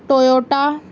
Toyota